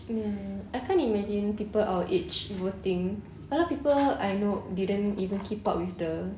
ya I can't imagine people our age voting a lot of people I know didn't even keep up with the